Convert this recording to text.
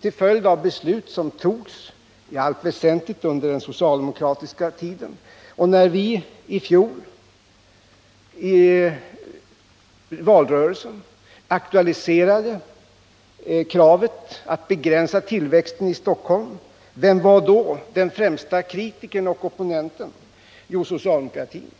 till följd av beslut som i allt väsentligt togs under den socialdemokratiska tiden. När vi i fjol i valrörelsen aktualiserade kravet att begränsa tillväxten i Stockholm —- vem var då den främsta kritikern och opponenten? Jo, socialdemokratin.